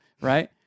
right